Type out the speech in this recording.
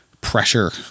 pressure